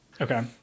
Okay